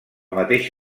mateix